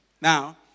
Now